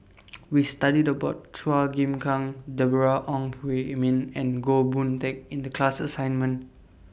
We studied about Chua Chim Kang Deborah Ong Hui Min and Goh Boon Teck in The class assignment